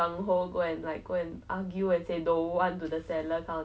I don't know what's that you even call so that even for maybe a month